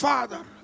Father